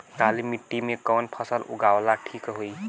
काली मिट्टी में कवन फसल उगावल ठीक होई?